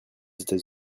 états